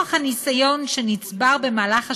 נוכח הניסיון שנצבר במהלך השנים,